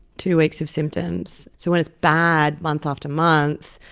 two weeks of symptoms. so when it's bad month after month,